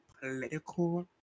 political